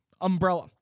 umbrella